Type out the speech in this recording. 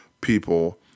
people